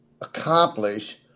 accomplish